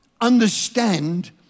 understand